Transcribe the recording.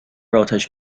اتش